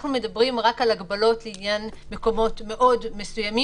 אנחנו מדברים רק על הגבלות לעניין מקומות מאוד מסוימים